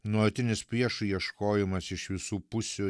nuolatinis priešų ieškojimas iš visų pusių